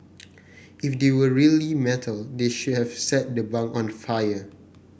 if they were really metal they should have set the bunk on fire